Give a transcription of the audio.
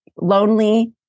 lonely